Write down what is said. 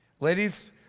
Ladies